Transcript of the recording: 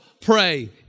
pray